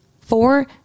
Four